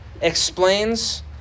explains